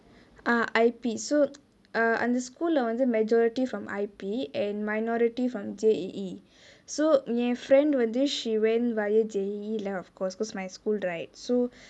ah I_P so err அந்த:antha school லே வந்து:lae vanthu majority from I_P and minority from J_A_E so என்:en friend டு வந்து:du vanthu she went via J_A_E lah of course because my school right so